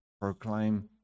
proclaim